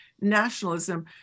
nationalism